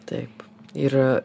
taip ir